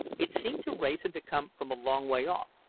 it seemed to wrayson to come from a long way off.